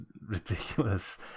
ridiculous